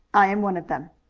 i am one of them.